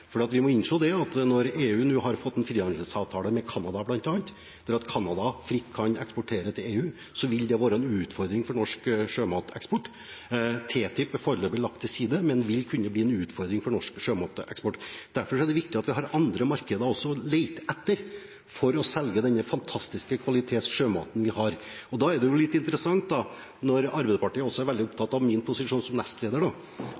Vi må innse at når EU nå har fått en frihandelsavtale med Canada bl.a., der Canada fritt kan eksportere til EU, vil det være en utfordring for norsk sjømateksport. TTIP er foreløpig lagt til side, men vil kunne bli en utfordring for norsk sjømateksport. Derfor er det viktig også å lete etter andre markeder for å selge denne fantastiske kvalitetssjømaten vi har. Da er det litt interessant når Arbeiderpartiet også er veldig